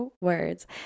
words